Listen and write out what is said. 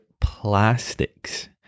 plastics